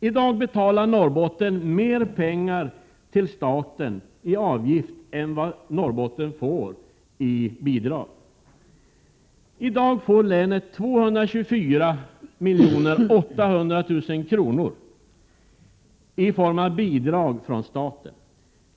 I dag betalar Norrbotten mer pengar till staten i avgift än vad Norrbotten får i bidrag. I dag får länet 224 800 000 kr. i form av bidrag från staten.